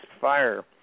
fire